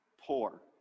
poor